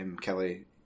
Kelly